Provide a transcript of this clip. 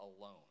Alone